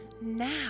now